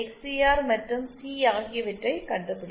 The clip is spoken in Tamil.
ஆர் மற்றும் சி ஆகியவற்றைக் கண்டுபிடிக்கலாம்